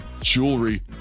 jewelry